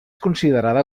considerada